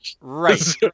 right